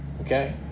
okay